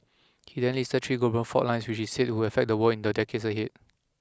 he then listed three global fault lines which he said would affect the world in the decades ahead